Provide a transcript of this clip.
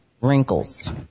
wrinkles